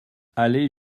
aller